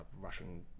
Russian